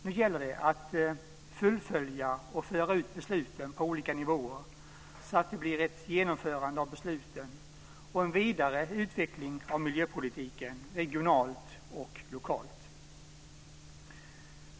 Nu gäller det att fullfölja och föra ut besluten på olika nivåer så att det blir ett genomförande av besluten och en vidare utveckling av miljöpolitiken regionalt och lokalt.